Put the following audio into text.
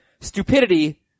stupidity